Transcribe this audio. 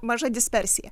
maža dispersija